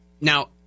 Now